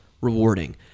rewarding